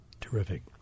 Terrific